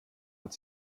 hat